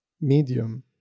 medium